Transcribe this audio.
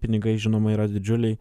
pinigai žinoma yra didžiuliai